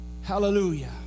hallelujah